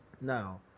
Now